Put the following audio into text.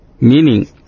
Meaning